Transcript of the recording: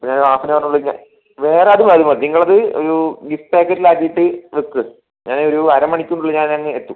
അപ്പോൾ ഞാൻ ഒരു ഹാഫ് ആൻ ഹവർ ഉള്ളിൽ വേറെ അത് മതി നിങ്ങള് അതൊരു ഗിഫ്റ് പാക്കറ്റിൽ ആക്കിയിട്ട് വെക്ക് ഞാൻ ഒരു അര മണിക്കൂറിനുള്ളിൽ ഞാൻ അങ്ങെത്തും